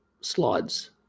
slides